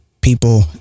people